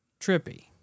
Trippy